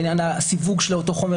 לעניין הסיווג של אותו חומר,